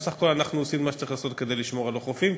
בסך הכול אנחנו עושים את מה שצריך לעשות כדי לשמור על החופים.